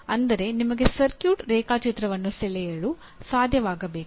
ಅಂದರೆ ನಿಮಗೆ ಸರ್ಕ್ಯೂಟ್ ರೇಖಾಚಿತ್ರವನ್ನು ಸೆಳೆಯಲು ಸಾಧ್ಯವಾಗಬೇಕು